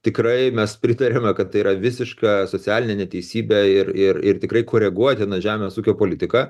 tikrai mes pritariame kad tai yra visiška socialinė neteisybė ir ir ir tikrai koreguotina žemės ūkio politika